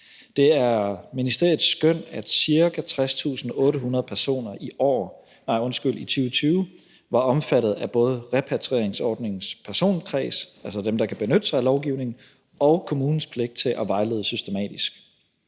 Det er ministeriets skøn, at ca. 60.800 personer i 2020 var omfattet af både repatrieringsordningens personkreds, altså dem, der kan benytte sig af lovgivningen, og kommunens pligt til at vejlede systematisk.